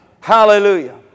Hallelujah